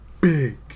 big